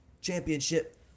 championship